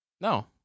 No